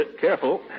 careful